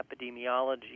epidemiology